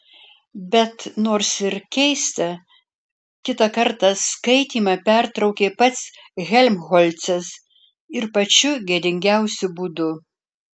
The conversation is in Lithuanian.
bet nors ir keista kitą kartą skaitymą pertraukė pats helmholcas ir pačiu gėdingiausiu būdu